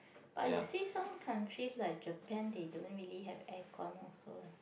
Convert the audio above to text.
but you see some countries like Japan they don't really have air con also lah